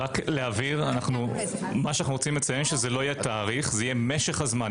להבהיר אנו רוצים לציין שזה לא יהיה תאריך אלא משך הזמן.